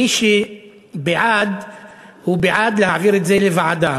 מי שבעד הוא בעד להעביר את זה לוועדה,